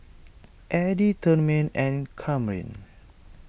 Eddy Tremaine and Kamryn